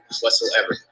whatsoever